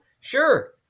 Sure